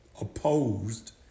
opposed